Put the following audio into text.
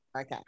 Okay